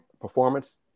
performance